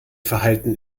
verhalten